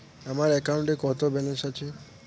আমার অ্যাকাউন্টে কত ব্যালেন্স আছে?